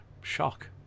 Shock